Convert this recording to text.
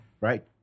Right